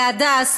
להדס,